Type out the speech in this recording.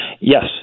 Yes